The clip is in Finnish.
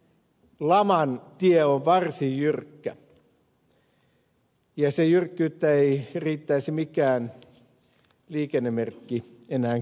tämä laman tie on varsin jyrkkä ja sen jyrkkyyttä ei riittäisi mikään liikennemerkki enää kertomaan